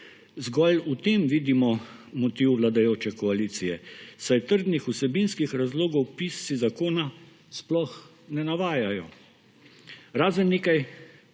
Zgolj v tem vidimo motiv vladajoče koalicije, saj trdnih vsebinskih razlogov pisci zakona sploh ne navajajo, razen nekaj